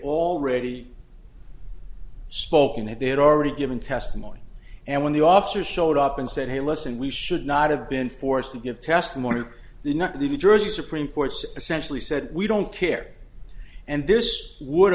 already spoken that they had already given testimony and when the officers showed up and said hey listen we should not have been forced to give testimony the nutley new jersey supreme court's essentially said we don't care and this would